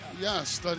yes